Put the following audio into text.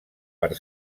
per